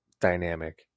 dynamic